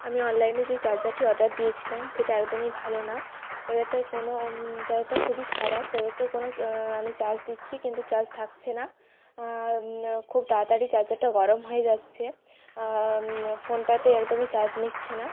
আমি অনলাইনে যেই চার্জারটি অর্ডার দিয়েছিলাম সেটা একদমই ভালো না চার্জারটায় কোনও চার্জারটা খুবই খারাপ চার্জারটায় কোনও চা আমি চার্জ দিচ্ছি কিন্তু চার্জ থাকছে না খুব তাড়াতাড়ি চার্জারটা গরম হয়ে যাচ্ছে ফোনটাতে একদমই চার্জ নিচ্ছে না